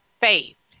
faith